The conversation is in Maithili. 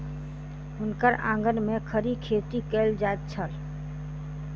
हुनकर आंगन में खड़ी खेती कएल जाइत छल